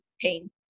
pain